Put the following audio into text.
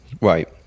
Right